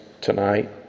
tonight